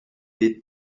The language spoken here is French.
des